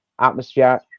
atmosphere